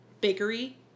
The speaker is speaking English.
bakery